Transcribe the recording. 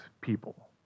people